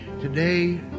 today